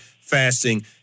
fasting